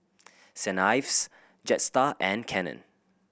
Saint Ives Jetstar and Canon